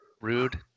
Rude